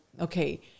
okay